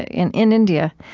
ah in in india.